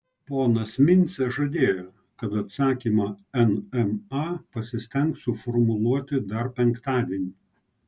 ponas mincė žadėjo kad atsakymą nma pasistengs suformuluoti dar penktadienį